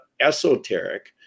esoteric